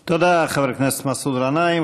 תודה, חבר הכנסת מסעוד גנאים.